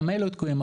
גם אלו תקועים,